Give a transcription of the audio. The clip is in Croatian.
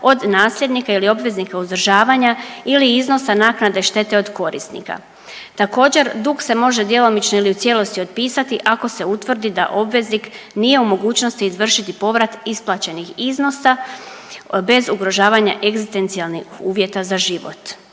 od nasljednika ili obveznika uzdržavanja ili iznosa naknade štete od korisnika. Također se može djelomično ili u cijelosti otpisati ako se utvrdi da obveznik nije u mogućnosti izvršiti povrat isplaćenih iznosa bez ugrožavanja egzistencijalnih uvjeta za život.